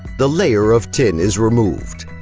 the layer of tin is removed